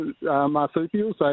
marsupials